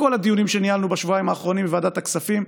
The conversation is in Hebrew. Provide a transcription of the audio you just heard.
בכל הדיונים שניהלנו בשבועיים האחרונים בוועדת הכספים,